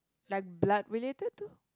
like blood related too